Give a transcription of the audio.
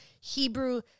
Hebrew